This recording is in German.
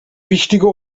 wichtiger